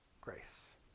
grace